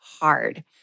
hard